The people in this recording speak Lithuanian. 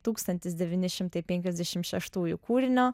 tūkstantis devyni šimtai penkiasdešimt šeštųjų kūrinio